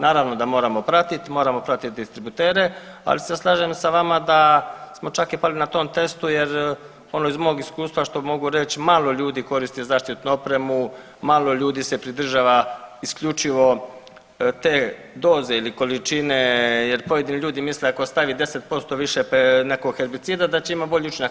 Naravno da moramo pratit, moramo pratiti distributere ali se slažem sa vama da smo čak i pali na tom testu jer ono iz mog iskustva što mogu reći malo ljudi koristi zaštitnu opremu, malo ljudi se pridržava isključivo te doze ili količine jer pojedini ljudi misle ako stavi 10% više nekog herbicida da će imati bolji učinak.